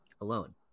alone